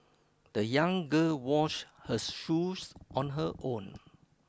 the young girl washed her shoes on her own